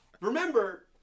remember